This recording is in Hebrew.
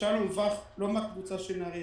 לא מהקבוצה של נהריה,